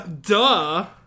duh